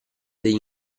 degli